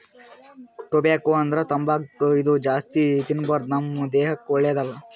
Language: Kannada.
ಟೊಬ್ಯಾಕೊ ಅಂದ್ರ ತಂಬಾಕ್ ಇದು ಜಾಸ್ತಿ ತಿನ್ಬಾರ್ದು ನಮ್ ದೇಹಕ್ಕ್ ಒಳ್ಳೆದಲ್ಲ